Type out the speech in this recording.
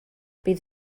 bydd